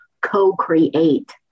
co-create